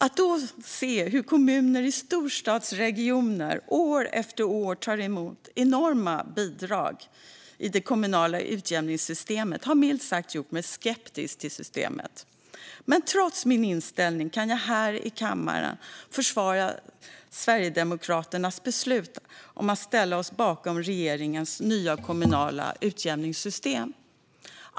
Att då se hur kommuner i storstadsregioner år efter år tar emot enorma bidrag i det kommunala utjämningssystemet har milt sagt gjort mig skeptisk till systemet. Men trots min inställning kan jag här i kammaren försvara Sverigedemokraternas beslut att ställa sig bakom regeringens nya kommunala utjämningssystem.